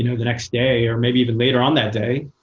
you know the next day, or maybe even later on that day,